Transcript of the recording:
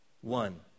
one